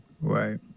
Right